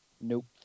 Nope